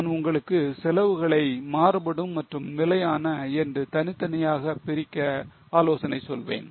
நான் உங்களுக்கு செலவுகளை மாறுபடும் மற்றும் நிலையான என்று தனித்தனியாக பிரிக்க ஆலோசனை சொல்வேன்